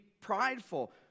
prideful